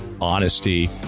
honesty